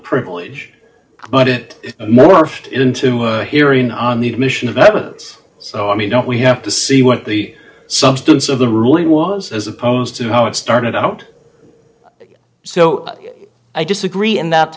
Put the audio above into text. privilege but it morphed into a hearing on the admission of evidence so i mean don't we have to see what the substance of the ruling was as opposed to how it started i don't so i disagree in that